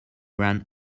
ran